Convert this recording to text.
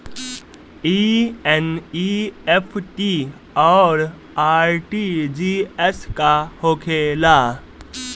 ई एन.ई.एफ.टी और आर.टी.जी.एस का होखे ला?